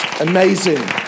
amazing